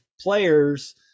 players